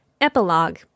Epilogue